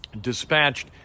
dispatched